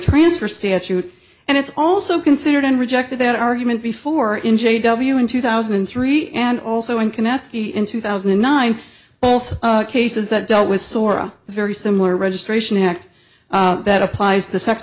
transfer statute and it's also considered and rejected that argument before in j w in two thousand and three and also in connecticut in two thousand and nine both cases that dealt with sora very similar registration act that applies to sex